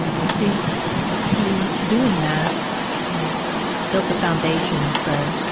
i think he. doing that like built the foundation for